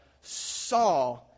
saw